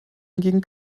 hingegen